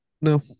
No